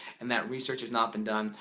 and that research has not been done.